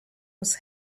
was